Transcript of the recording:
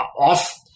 off